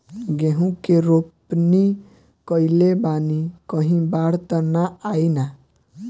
गेहूं के रोपनी कईले बानी कहीं बाढ़ त ना आई ना?